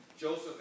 Joseph